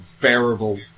bearable